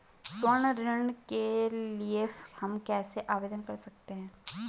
स्वर्ण ऋण के लिए हम कैसे आवेदन कर सकते हैं?